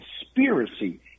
conspiracy